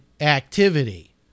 activity